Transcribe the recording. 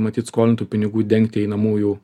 matyt skolintų pinigų dengti einamųjų